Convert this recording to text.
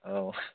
औ